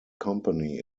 company